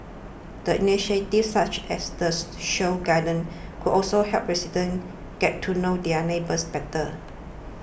the initiatives such as the show gardens could also help residents get to know their neighbours better